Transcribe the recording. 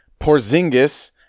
Porzingis